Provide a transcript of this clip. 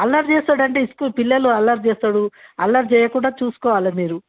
అల్లరి చేస్తాడంటే ఇస్కూలు పిల్లలు అల్లరి చేస్తారు అల్లరి చెయ్యకుండా చూసుకోవాలె మీరు